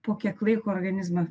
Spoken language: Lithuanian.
po kiek laiko organizma